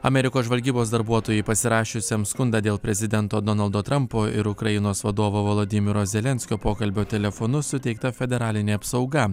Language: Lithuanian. amerikos žvalgybos darbuotojui pasirašiusiam skundą dėl prezidento donaldo trampo ir ukrainos vadovo volodymyro zelenskio pokalbio telefonu suteikta federalinė apsauga